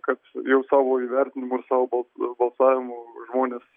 kad jau savo įvertinimus savo balsavimu žmonės